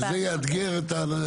זה יאתגר את הצדדים האחרים לבוא.